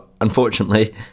Unfortunately